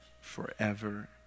forever